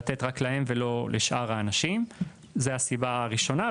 לתת רק להם ולא לשאר האנשים, זו הסיבה הראשונה.